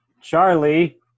Charlie